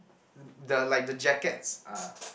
the like the jackets are